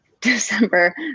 december